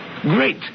Great